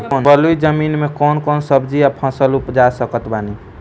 बलुई जमीन मे कौन कौन सब्जी या फल उपजा सकत बानी?